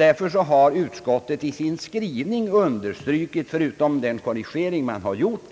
Utskottet har därför i sin skrivning förutom den korrigering utskottet har gjort anfört att